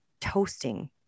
toasting